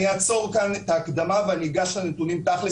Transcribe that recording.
אני אעצור כאן את ההקדמה ואני אגש לנתונים תכל'ס